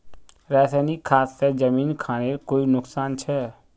रासायनिक खाद से जमीन खानेर कोई नुकसान छे?